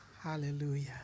hallelujah